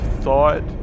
thought